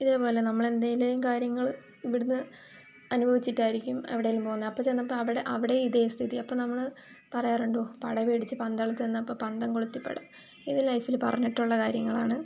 ഇതേപോലെ നമ്മളെന്തേലും കാര്യങ്ങൾ ഇവിടുന്ന് അനുഭവിച്ചിട്ടായിരിക്കും എവിടേലും പോകുന്നത് അപ്പം ചെന്നപ്പോൾ അവിടെ അവിടെ ഇതേ സ്ഥിതി അപ്പം നമ്മൾ പറയാറുണ്ട് ഓഹ് പടപേടിച്ച് പന്തളത്ത് ചെന്നപ്പം പന്തം കൊളുത്തിപ്പട ഇത് ലൈഫിൽ പറഞ്ഞിട്ടുള്ള കാര്യങ്ങളാണ്